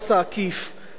במיוחד במע"מ,